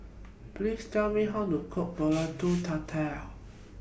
Please Tell Me How to Cook Pulut Tatal